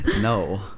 No